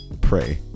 pray